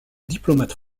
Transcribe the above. diplomate